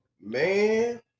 Man